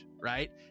Right